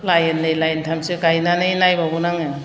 लाइननै लाइनथामसो गायनानै नायबावगोन आङो